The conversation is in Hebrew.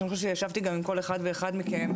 שישבתי עם כל אחד ואחד מהם,